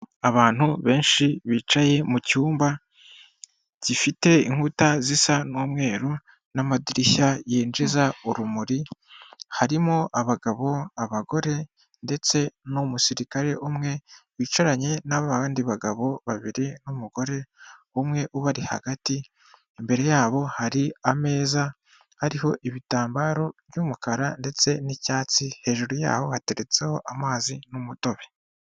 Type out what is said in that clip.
Abantu benshi bicaye mu cyumba gifite inkuta zisa n'umweru n'amadirishya yinjiza urumuri, harimo abagabo, abagore ndetse n'umusirikare umwe wicaranye n'abandi bagabo babiri n'umugore umwe ubari hagati, imbere yabo hari ameza ariho ibitambaro by'umukara ndetse n'icyatsi,, hejuru yaho hateretseho amazi n'umutobe.